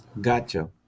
gotcha